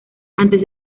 antes